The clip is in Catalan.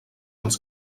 els